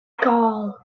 gall